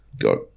got